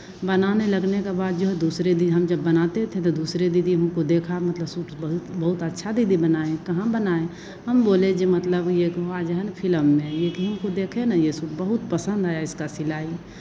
बनाने लगने के बाद जो है दूसरे दिन हम जब बनाते थे तो दूसरे दीदी हमको देखा मतलब सूट बहुत बहुत अच्छा दीदी बनाई कहाँ बनाए हम बोले जो मतलब एक बार जो है ना फिलम में एक ही को देखें ना ये सूट बहुत पसंद आया इसका सिलाई